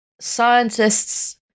scientists